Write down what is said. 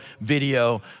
video